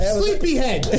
sleepyhead